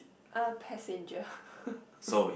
uh passenger